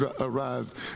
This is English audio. arrived